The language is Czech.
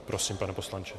Prosím, pane poslanče.